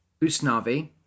Usnavi